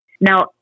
Now